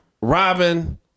Robin